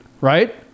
Right